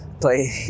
play